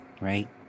right